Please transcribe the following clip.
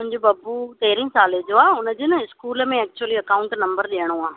मुंहिंजो बबू तेरहें साल जो आहे हुनजे न स्कूल में एक्चुली अकाउंट नम्बर ॾियणो आहे